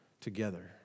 together